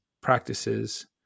practices